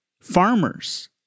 Farmers